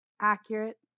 accurate